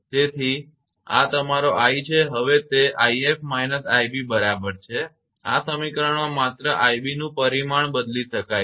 તેથી કે આ તમારો i છે હવે તે 𝑖𝑓 − 𝑖𝑏 બરાબર છે આ સમીકરણમાં માત્ર 𝑖𝑏 નું પરિમાણ બદલી શકાય છે